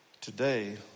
today